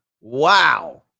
wow